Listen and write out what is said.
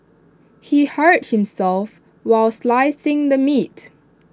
he hurt himself while slicing the meat